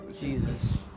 Jesus